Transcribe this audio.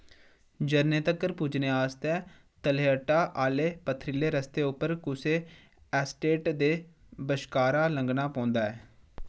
झरने तक्कर पुज्जने आस्तै तलैह्टा आह्ले पथरीले रस्ते उप्पर कुसै एस्टेट दे बश्कारा लंघना पौंदा ऐ